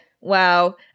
Wow